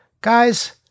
guys